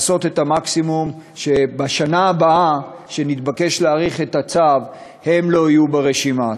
לעשות את המקסימום שבשנה הבאה כשנתבקש להאריך את הצו הם לא יהיו ברשימה.